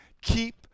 keep